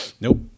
Nope